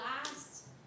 last